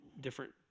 different